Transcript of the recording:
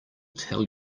tell